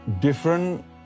different